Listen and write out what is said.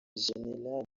general